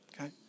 okay